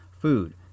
food